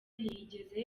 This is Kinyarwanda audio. ntiyigeze